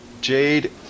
Jade